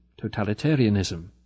totalitarianism